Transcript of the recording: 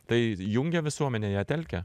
tai jungia visuomenę ją telkia